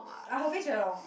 ah her face very long